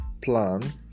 plan